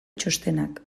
txostenak